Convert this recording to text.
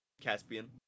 Caspian